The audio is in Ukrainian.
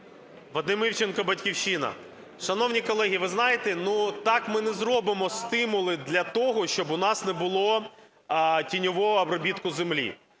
Вадим Івченко, "Батьківщина". Шановні колеги, ви знаєте, ну так ми не зробимо стимули для того, щоб у нас не було тіньового обробітку землі.